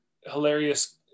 hilarious